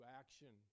action